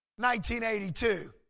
1982